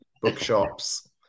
bookshops